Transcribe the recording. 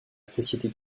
société